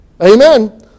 Amen